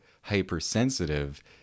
hypersensitive